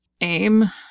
Aim